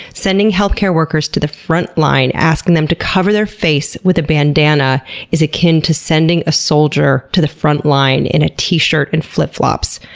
sending healthcare workers to the front line, asking them to cover their face with a bandana is akin to sending a soldier to the front line in a t-shirt and flip flops.